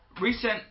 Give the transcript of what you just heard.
Recent